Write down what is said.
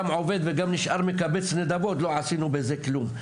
גם עובד וגם נשאר מקבץ נדבות לא עשינו בזה כלום,